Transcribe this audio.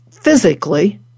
physically